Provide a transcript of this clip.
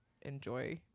enjoy